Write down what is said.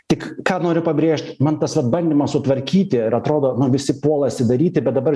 tik ką noriu pabrėžt man tas vat bandymas sutvarkyti ir atrodo na visi puolasi daryti bet dabar